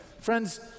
Friends